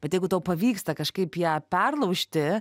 bet jeigu tau pavyksta kažkaip ją perlaužti